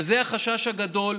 וזה החשש הגדול,